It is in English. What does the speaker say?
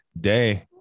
day